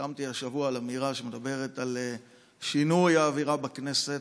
חתמתי השבוע על אמירה שמדברת על שינוי האווירה בכנסת,